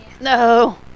No